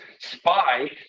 spy